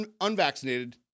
unvaccinated